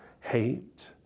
hate